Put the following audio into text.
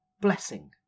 blessing